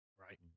Right